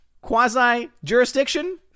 Quasi-jurisdiction